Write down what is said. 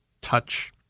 touch